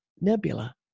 nebula